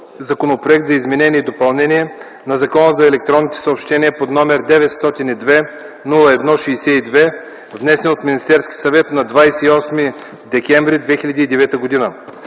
Законопроект за изменение и допълнение на Закона за електронните съобщения, № 902-01-62, внесен от Министерския съвет на 28 декември 2009 г.”